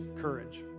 courage